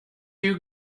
you